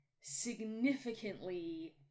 significantly